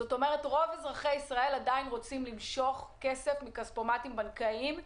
זאת אומרת שרוב אזרחי ישראל עדיין רוצים למשוך כסף מכספומטים בנקאיים,